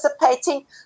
participating